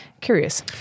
Curious